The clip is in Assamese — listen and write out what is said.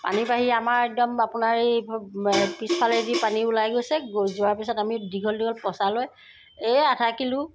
পানী বাঢ়ি আমাৰ একদম আপোনাৰ এই পিছফালেদি পানী ওলাই গৈছে যোৱাৰ পিছত আমি দীঘল দীঘল পচা লৈ এই আধা কিলো